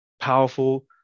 powerful